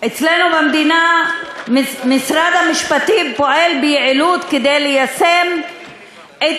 אצלנו במדינה משרד המשפטים פועל ביעילות כדי ליישם את